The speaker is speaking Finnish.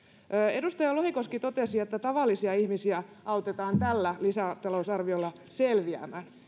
edustaja lohikoski totesi että tavallisia ihmisiä autetaan tällä lisätalousarviolla selviämään